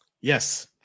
yes